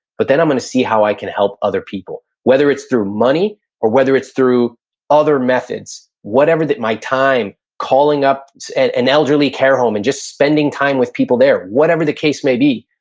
but then i'm gonna see how i can help other people, whether it's through money or whether it's through other methods, whatever that my time, calling up an elderly care home and just spending time with people there, whatever the case may be.